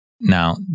Now